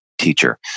teacher